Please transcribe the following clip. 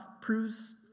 proves